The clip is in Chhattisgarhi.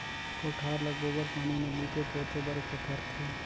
कोठार ल गोबर पानी म लीपे पोते बर परथे